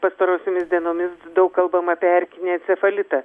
pastarosiomis dienomis daug kalbam apie erkinį encefalitą